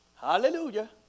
Hallelujah